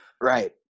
Right